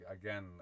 again